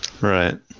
right